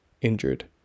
injured